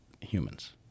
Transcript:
humans